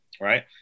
right